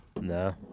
No